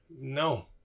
No